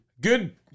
good